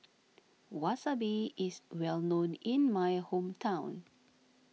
Wasabi is well known in my hometown